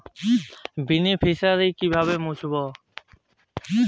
Beneficiary কিভাবে মুছব?